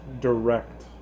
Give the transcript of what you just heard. direct